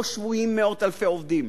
שבו שבויים מאות אלפי עובדים.